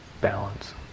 balance